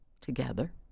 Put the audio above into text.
together